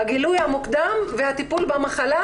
הגילוי המוקדם והטיפול במחלה,